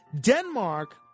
Denmark